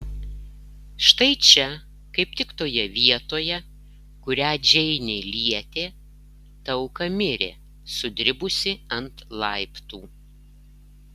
štai čia kaip tik toje vietoje kurią džeinė lietė ta auka mirė sudribusi ant laiptų